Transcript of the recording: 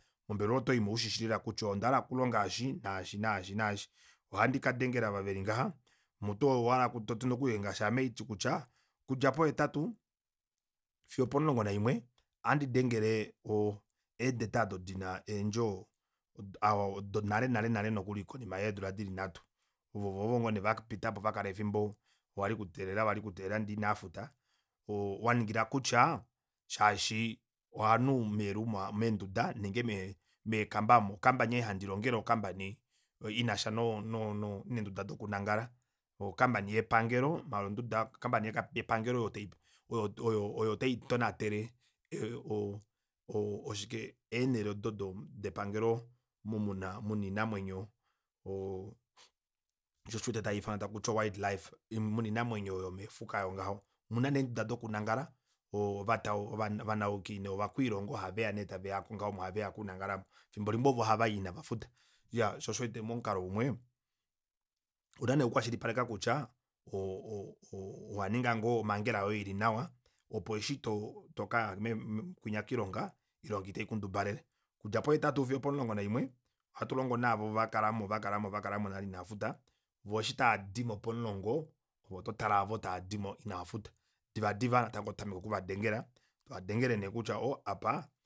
Mombelewa otoyimo ushishi lela kutya ohandahala okulonga eshi naashi naashi ohandi kadengala ava veli ngaha mutu owahala toti nokuli kutya ngaashi ame ohati kutya okudja po hetatu fiyo opomulongo naimwe ohandi dengele ee debtors odo dina eendjo donale nale nokuli konima yeedula dili nhatu ovo ovovo ngoo nee vapitapo vakala efimbo wali kuteelela wali kuteelela ndee inaafuta oo waningila kutya shaashi aanhu mee room nenge meenduda nenge meekamba aamo o company ei handilongele o company inasha nee no- no neenduda dokunangala o company yepangelo maala onduda o company yepangelo oyo tai oyo taitonatelo o- o oshike eenele odo depangelo omu muna iinamwenyo oo shoo osho uwete tayuufanwa takuti wild life muna iinamwenyo yomeefuka oyo ngaho omuna nee eenduda dokunangala ovatau ovanuki novakwiilongo ohaveya nee taveya okungaho omo haveya okunangala aamo fimbo limwe ovo havai inavafuta shoo osho uwete momukalo umwe una nee ooku kwashilipaleka kutya o- o- owaninga ngoo omangela yoye ili nawa opo eshi tokaya kwinya koilonga oilonga ita ikundubalele okudja po hetatu fiyo omulongo naimwe ohatulongo naavo vakalamo vakalamo vakalamo nale iinaafuta voo eshi taadimo pomulongo ovo oto tale oovo inaafuta divadiva natango oto tameke okuva dengela tova dengele nee kutya oo apa